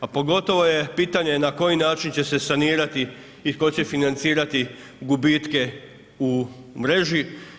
A pogotovo je pitanje na koji način će se sanirati i tko će financirati gubitke u mreži?